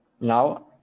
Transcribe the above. Now